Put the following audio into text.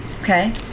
Okay